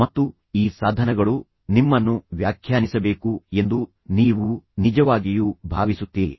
ಮತ್ತು ಈ ಸಾಧನಗಳು ನಿಮ್ಮನ್ನು ವ್ಯಾಖ್ಯಾನಿಸಬೇಕು ಎಂದು ನೀವು ನಿಜವಾಗಿಯೂ ಭಾವಿಸುತ್ತೀರಿ